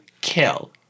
Kill